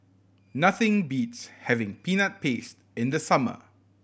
nothing beats having Peanut Paste in the summer